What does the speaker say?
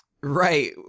right